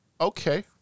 okay